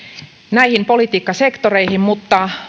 näihin politiikkasektoreihin mutta